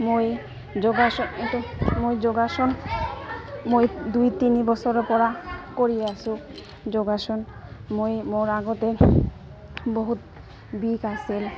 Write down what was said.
মই যোগাসন এইটো মই যোগাসন মই দুই তিনি বছৰৰপৰা কৰি আছোঁ যোগাসন মই মোৰ আগতে বহুত বিষ আছিল